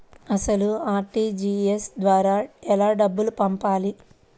అసలు అర్.టీ.జీ.ఎస్ ద్వారా ఎలా డబ్బులు పంపాలి?